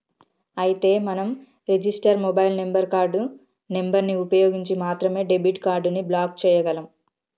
అయితే మనం register mobile number card number ని ఉపయోగించి మాత్రమే డెబిట్ కార్డు ని బ్లాక్ చేయగలం